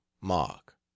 Mark